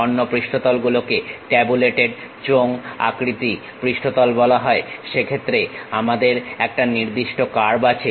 অন্য পৃষ্ঠতল গুলোকে ট্যাবুলেটেড চোঙ আকৃতি পৃষ্ঠতল বলা হয় সেক্ষেত্রে আমাদের একটা নির্দিষ্ট কার্ভ থাকে